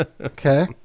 Okay